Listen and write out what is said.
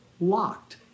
locked